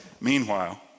Meanwhile